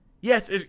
Yes